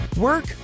Work